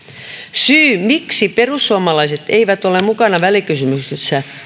syy miksi perussuomalaiset eivät ole mukana välikysymyksessä